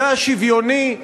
זה השוויוני,